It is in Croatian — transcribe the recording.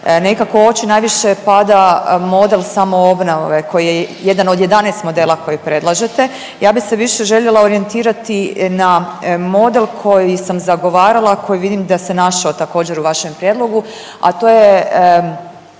Nekako u oči najviše pada model samoobnove koji je jedan od 11 modela koji predlažete, ja bi se više željela orijentirati na model koji sam zagovarala koji vidim da se našao također u vašem prijedlogu, a to je